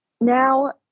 now